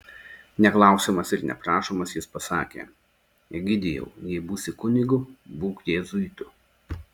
neklausiamas ir neprašomas jis pasakė egidijau jei būsi kunigu būk jėzuitu